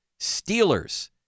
Steelers